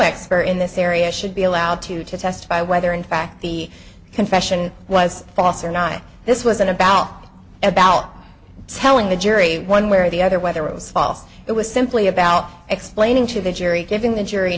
expert in this area should be allowed to testify whether in fact the confession was false or not this wasn't about about telling the jury one way or the other whether it was false it was simply about explaining to the jury giving the jury